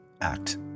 act